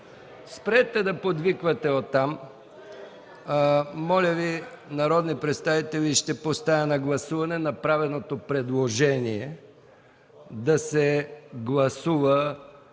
спрете да подвиквате оттам! Моля Ви, уважаеми народни представители! Ще поставя на гласуване направеното предложение да се гласува